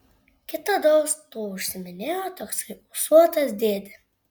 kitados tuo užsiiminėjo toksai ūsuotas dėdė